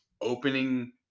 opening